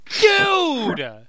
Dude